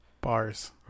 bars